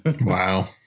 Wow